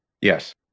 Yes